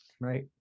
Right